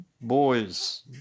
boys